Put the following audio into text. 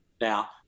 Now